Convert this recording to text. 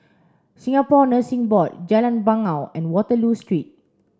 Singapore Nursing Board Jalan Bangau and Waterloo Street